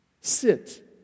Sit